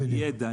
עם ידע,